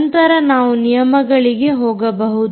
ನಂತರ ನಾವು ನಿಯಮಗಳಿಗೆ ಹೋಗಬಹುದು